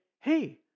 hey